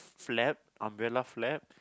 flap umbrella flap